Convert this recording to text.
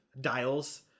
dials